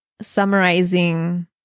summarizing